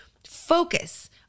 focus